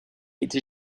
été